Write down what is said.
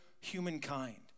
humankind